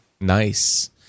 Nice